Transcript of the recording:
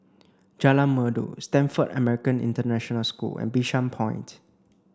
Jalan Merdu Stamford American International School and Bishan Point